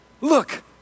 Look